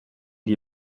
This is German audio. die